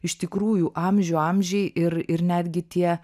iš tikrųjų amžių amžiai ir ir netgi tie